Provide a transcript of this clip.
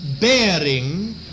bearing